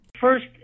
First